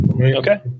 Okay